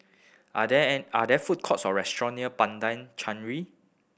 are there food courts or restaurants near Padang Chancery